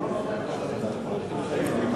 החוק כאן לא נדרש כי הוא לא נותן לך שום סמכות נוספת כרגע,